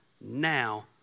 Now